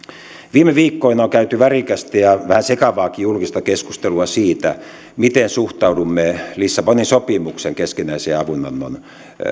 viime viikkoina on käyty värikästä ja vähän sekavaakin julkista keskustelua siitä miten suhtaudumme lissabonin sopimuksen keskinäisen avunannon